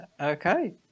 okay